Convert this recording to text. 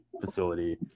facility